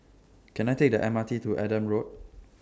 Can I Take The M R T to Adam Road